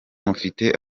mufite